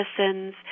medicines